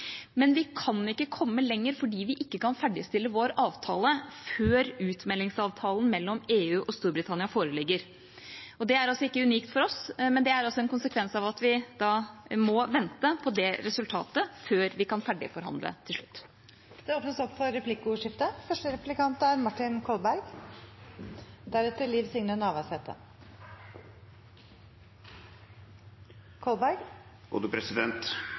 Men vi kan ikke komme lenger, fordi vi ikke kan ferdigstille vår avtale før utmeldingsavtalen mellom EU og Storbritannia foreligger. Det er ikke unikt for oss, men det er en konsekvens av at vi må vente på det resultatet, før vi kan ferdigforhandle til slutt. Det blir replikkordskifte. Det er helt tydelig for alle at Arbeiderpartiet står bak EØS-avtalen. Vi er enig med regjeringen og